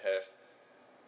have